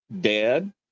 dead